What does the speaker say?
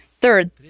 Third